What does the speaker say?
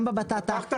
גם בבטטה,